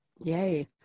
Yay